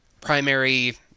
primary